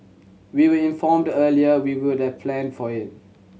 we were informed earlier we would have planned for it